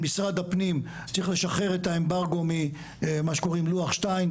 משרד הפנים צריך לשחרר את האמברגו מלוח 2,